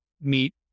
meet